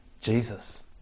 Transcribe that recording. Jesus